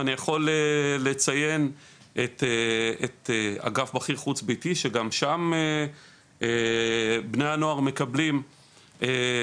אני יכול לציין את אגף בכיר חוץ ביתי שגם שם בני הנוער מקבלים מענה,